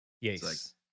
Yes